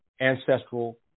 ancestral